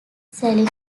selling